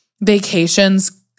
vacations